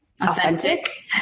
authentic